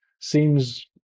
seems